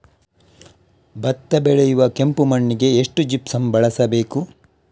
ಭತ್ತ ಬೆಳೆಯುವ ಕೆಂಪು ಮಣ್ಣಿಗೆ ಎಷ್ಟು ಜಿಪ್ಸಮ್ ಬಳಸಬೇಕು?